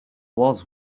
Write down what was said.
was